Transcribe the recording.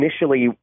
initially